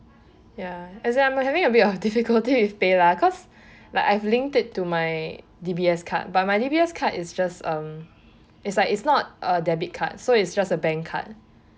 ya as I am having a bit of difficulty with paylah because like I have linked it to my D_B_S card but my D_B_S card is just um it's like it's not a debit card so it's just a bank card